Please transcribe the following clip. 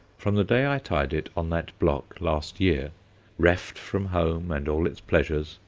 from the day i tied it on that block last year reft from home and all its pleasures,